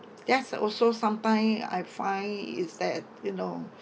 that's also sometime I find is that you know